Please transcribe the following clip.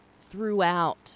throughout